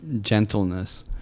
gentleness